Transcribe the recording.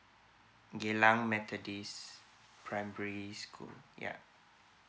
geylang methodist primary school yup